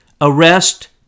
Arrest